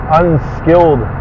unskilled